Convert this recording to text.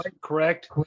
correct